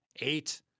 eight